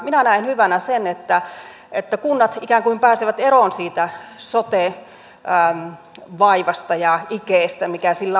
minä näen hyvänä sen että kunnat ikään kuin pääsevät eroon siitä sote vaivasta ja ikeestä mikä niillä on ollut